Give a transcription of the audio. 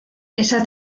esa